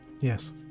Yes